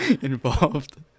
involved